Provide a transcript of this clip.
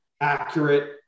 accurate